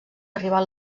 arribar